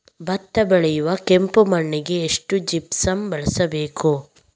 ಭತ್ತ ಬೆಳೆಯುವ ಕೆಂಪು ಮಣ್ಣಿಗೆ ಎಷ್ಟು ಜಿಪ್ಸಮ್ ಬಳಸಬೇಕು?